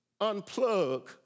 unplug